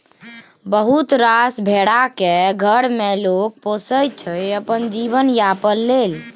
बहुत रास भेरा केँ घर मे लोक पोसय छै अपन जीबन यापन लेल